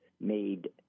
made